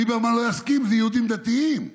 ליברמן לא יסכים, זה יהודים דתיים.